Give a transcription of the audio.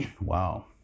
wow